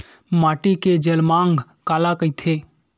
माटी के जलमांग काला कइथे?